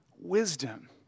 wisdom